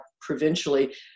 provincially